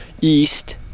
east